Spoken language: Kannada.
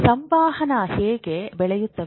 ಸಂವಹನ ಹೇಗೆ ಬೆಳೆಯುತ್ತದೆ